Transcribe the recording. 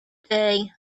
day